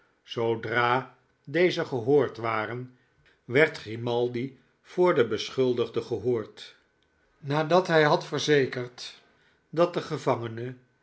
zoodra deze gehoord waren werd grimaldi voor den beschuldigde gehoord nadat hij had verzekerd dat de gevangene